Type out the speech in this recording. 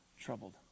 troubled